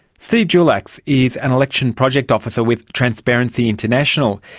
steve julax is an election project officer with transparency international.